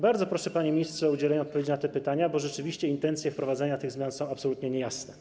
Bardzo proszę, panie ministrze, o udzielenie odpowiedzi na te pytania, bo rzeczywiście intencje wprowadzania tych zmian są absolutnie niejasne.